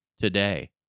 today